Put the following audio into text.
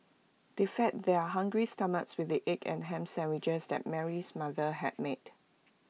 they fed their hungry stomachs with the egg and Ham Sandwiches that Mary's mother had made